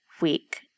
week